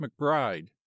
McBride